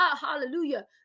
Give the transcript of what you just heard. hallelujah